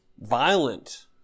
violent